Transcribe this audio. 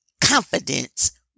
confidence